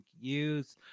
use